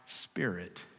spirit